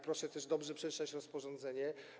Proszę też dobrze przeczytać rozporządzenie.